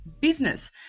business